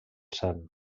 sant